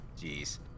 Jeez